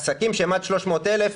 עסקים שהם עד 300,000,